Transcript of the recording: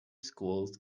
schools